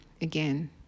again